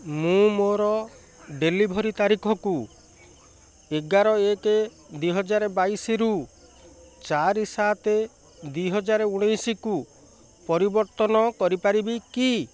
ମୁଁ ମୋର ଡେଲିଭରି ତାରିଖକୁ ଏଗାର ଏକେ ଦୁଇ ହଜାର ବାଇଶରୁ ଚାରି ସାତ ଦୁଇ ହଜାର ଉଣେଇଶକୁ ପରିବର୍ତ୍ତନ କରିପାରିବି କି